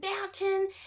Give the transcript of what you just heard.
mountain